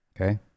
Okay